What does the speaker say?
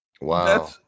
Wow